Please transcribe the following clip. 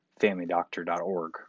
familydoctor.org